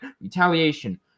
retaliation